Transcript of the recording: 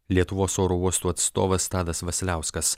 lietuvos oro uostų atstovas tadas vasiliauskas